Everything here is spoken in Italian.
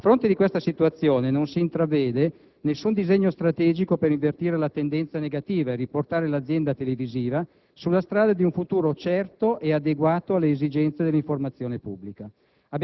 A fronte di questa situazione, non si intravede nessun disegno strategico per invertire la tendenza negativa e riportare l'Azienda televisiva sulla strada di un futuro certo e adeguato alle esigenze dell'informazione pubblica.